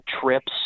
trips